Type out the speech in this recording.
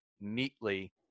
neatly